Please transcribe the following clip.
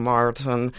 Martin